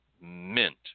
mint